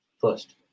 first